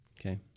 Okay